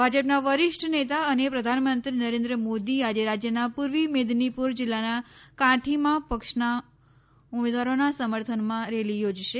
ભાજપના વરિષ્ઠ નેતા અને પ્રધાનમંત્રી નરેન્દ્ર મોદી આજે રાજ્યના પૂર્વી મેદનીપુર જિલ્લાના કાંઠીમાં પક્ષના ઉમેદવારોના સમર્થનમાં રેલી યોજશે